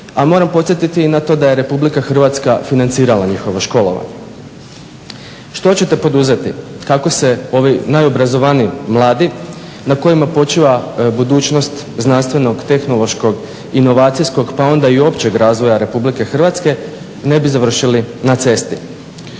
A moram podsjetiti i na to da je RH financirala njihovo školovanje. Što ćete poduzeti kako se ovi najobrazovaniji mladi na kojima počiva budućnosti znanstvenog, tehnološkog, inovacijskog pa onda i općeg razvoja RH ne bi završili na cesti?